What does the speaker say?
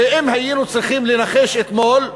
ואם היינו צריכים לנחש אתמול,